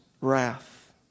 wrath